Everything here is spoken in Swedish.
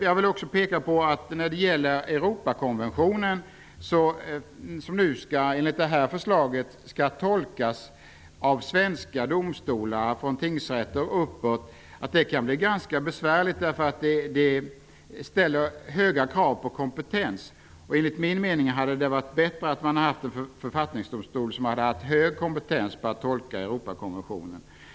Jag vill vidare påpeka att Europakonventionen enligt förslaget skall tolkas av svenska domstolar och tingsrätter. Det kan bli ganska besvärligt. Det ställer höga krav på kompetens. Enligt min mening hade det varit bättre att man hade haft en författningsdomstol med hög kompetens att tolka Europakonventionen.